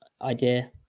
idea